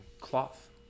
cloth